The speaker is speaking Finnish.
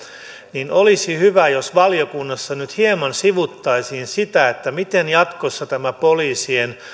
niin olisi hyvä jos valiokunnassa nyt hieman sivuttaisiin sitä miten jatkossa tämä poliisien